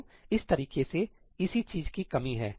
तो इस तरीके में इसी चीज की कमी है